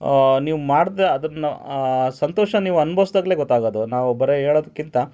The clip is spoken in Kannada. ನೀವು ಮಾಡಿದ ಅದನ್ನು ಸಂತೋಷ ನೀವು ಅನುಭವ್ಸ್ದಾಗ್ಲೇ ಗೊತ್ತಾಗೋದು ನಾವು ಬರೀ ಹೇಳೋದ್ಕಿಂತ